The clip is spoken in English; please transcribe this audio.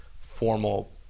formal